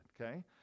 okay